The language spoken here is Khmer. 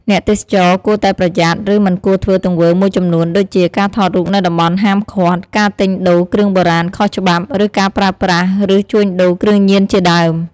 អ្នកទេសចរគួរតែប្រយ័ត្ន ឬមិនគួរធ្វើទង្វើមួយចំនួនដូជា ការថតរូបនៅតំបន់ហាមឃាត់ ការទិញដូរគ្រឿងបុរាណខុសច្បាប់ និងការប្រើប្រាស់ ឬជួញដូរគ្រឿងញៀនជាដើម។